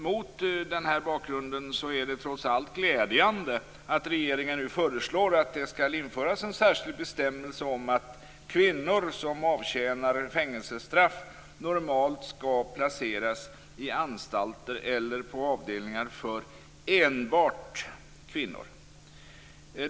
Mot den bakgrunden är det trots allt glädjande att regeringen nu föreslår att det skall införas en särskild bestämmelse om att kvinnor som avtjänar fängelsestraff normalt skall placeras i anstalter eller på avdelningar för enbart kvinnor.